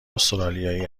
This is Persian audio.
استرالیایی